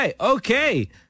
Okay